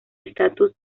estatus